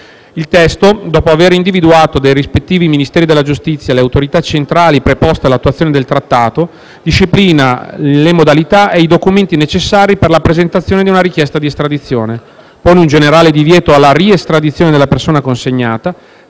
Il testo, dopo aver individuato nei rispettivi Ministeri della giustizia le autorità centrali preposte all'attuazione del Trattato, disciplina le modalità e i documenti necessari per la presentazione di una richiesta di estradizione, pone un generale divieto di riestradizione della persona consegnata,